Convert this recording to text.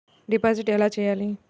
Deposit ఎలా చెయ్యాలి?